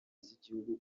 z’igihugu